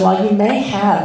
while he may have